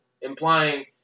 implying